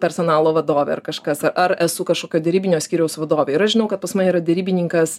personalo vadovė ar kažkas ar esu kažkokio derybinio skyriaus vadovė ir aš žinau kad pas mane yra derybininkas